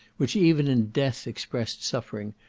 which even in death expressed suffering,